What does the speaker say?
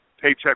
paycheck